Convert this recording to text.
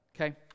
okay